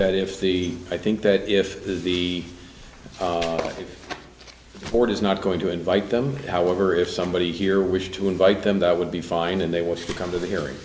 that if the i think that if the horn is not going to invite them however if somebody here wished to invite them that would be fine and they would come to the hearing